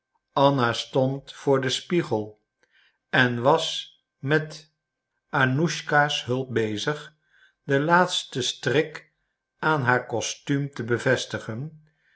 anna stond voor den spiegel en was met annuschka's hulp bezig den laatsten strik aan haar costuum te bevestigen